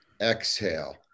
exhale